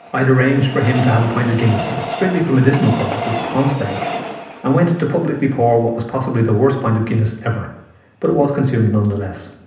i'd arranged for him to have a pint of guinness, strictly for medicinal purposes, onstage and went on to publicly pour what was possibly the worst pint of guinness ever but it was consumed nonetheless.